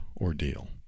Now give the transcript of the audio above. ordeal